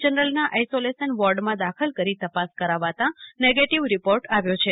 જનરલના isolation વોર્ડમાં દાખલ કરી તપાસકરાવાતાં નેગેટિવ રિપોર્ટ આવ્યો છે